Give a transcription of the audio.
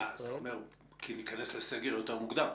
אה, אתה אומר כי נכנס לסגר יותר מוקדם?